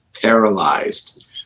paralyzed